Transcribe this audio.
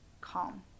calm